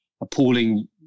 appalling